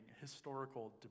historical